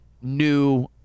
new